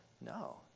No